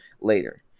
later